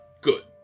Good